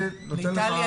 באיטליה,